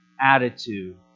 attitude